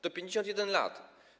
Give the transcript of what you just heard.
To 51 lat.